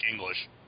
English